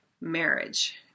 marriage